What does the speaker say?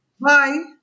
Bye